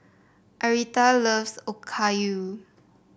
Arietta loves Okayu